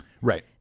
right